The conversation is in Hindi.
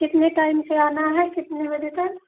कितने टाइम से आना है कितने बजे तक